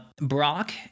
Brock